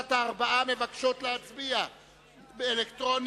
וקבוצת הארבעה מבקשות להצביע אלקטרונית.